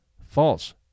false